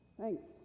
Thanks